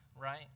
right